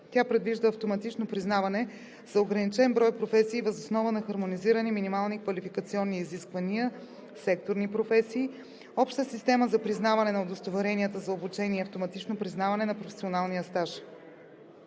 Тя предвижда автоматично признаване за ограничен брой професии въз основа на хармонизирани минимални квалификационни изисквания – секторни професии, обща система за признаване на удостоверенията за обучение и автоматично признаване на професионалния стаж.